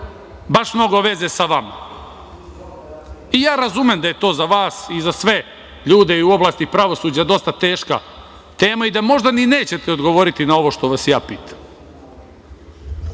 baš mnogo veze sa vama. Razumem da je to za vas i za sve ljude i u oblasti pravosuđa dosta teška tema i da možda ni nećete odgovoriti na ovo što vas ja